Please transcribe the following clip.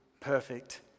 perfect